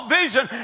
vision